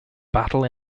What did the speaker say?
battle